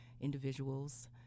individuals